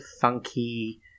funky